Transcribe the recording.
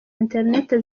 internet